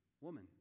woman